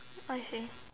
what you say